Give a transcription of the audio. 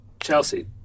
Chelsea